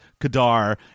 Kadar